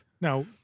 Now